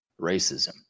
racism